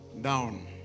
down